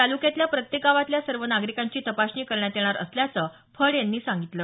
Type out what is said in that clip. तालुक्यातल्या प्रत्येक गावातल्या सर्व नागरिकांची तपासणी करण्यात येणार असल्याचं फड यांनी सांगितलं